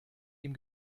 ihm